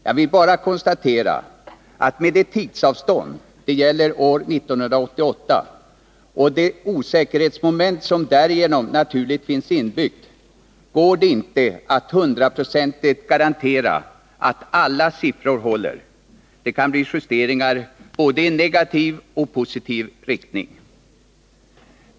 Jag vill bara konstatera att det med hänsyn till tidsavståndet — det gäller år 1988 — och det osäkerhetsmoment som därigenom naturligt finns inbyggt inte går att hundraprocentigt garantera att alla siffror håller. Det kan bli justeringar både i negativ och i positiv riktning.